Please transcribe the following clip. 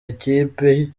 ikipe